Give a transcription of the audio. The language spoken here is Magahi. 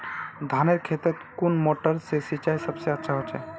धानेर खेतोत कुन मोटर से सिंचाई सबसे अच्छा होचए?